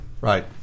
right